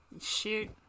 Shoot